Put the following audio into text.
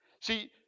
See